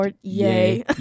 yay